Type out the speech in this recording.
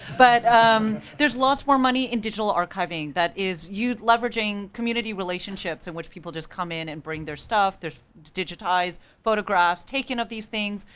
but there's lots more money in digital archiving that is you leveraging community relationships in which people just come in and bring their stuff, there's digitized photographs taken of these things,